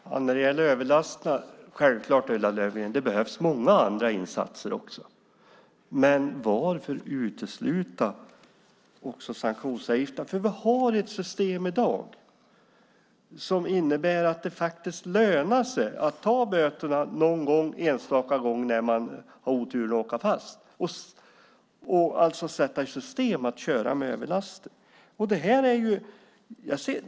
Fru talman! När det gäller överlaster behövs det självklart, Ulla Löfgren, även många andra insatser. Men varför utesluta sanktionsavgifterna? I dag har vi ett system som innebär att det lönar sig att någon enstaka gång, när man har oturen att åka fast, ta böterna. På så sätt kan man sätta i system att köra med överlaster.